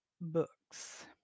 books